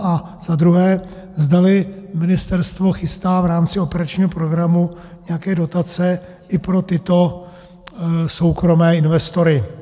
A za druhé, zdali ministerstvo chystá v rámci operačního programu nějaké dotace i pro tyto soukromé investory.